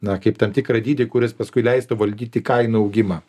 na kaip tam tikrą dydį kuris paskui leistų valdyti kainų augimą